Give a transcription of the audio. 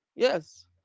Yes